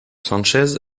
sanchez